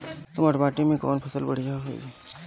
दोमट माटी में कौन फसल बढ़ीया होई?